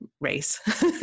race